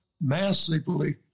massively